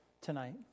tonight